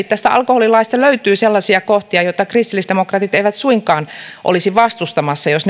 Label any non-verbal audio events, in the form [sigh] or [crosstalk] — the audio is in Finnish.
[unintelligible] tästä alkoholilaista löytyy sellaisia kohtia joita kristillisdemokraatit eivät suinkaan olisi vastustamassa jos [unintelligible]